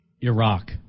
Iraq